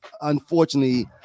unfortunately